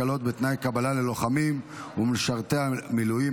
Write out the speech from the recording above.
הקלות בתנאי קבלה ללוחמים ולמשרתי מילואים),